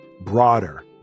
broader